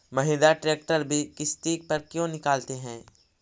Mahindra tractor किसति पर क्यों निकालते हैं?